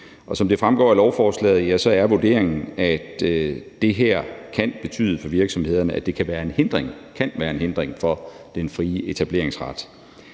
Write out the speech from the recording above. som det fremgår af lovforslaget, er vurderingen, at det her kan betyde, at det for virksomhederne kan være – kan være – en hindring for den frie etableringsret.